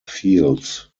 fields